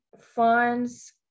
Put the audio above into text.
funds